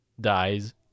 dies